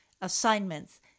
assignments